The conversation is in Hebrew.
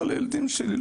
לילדים שלי.